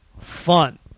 fun